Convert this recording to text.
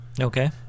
Okay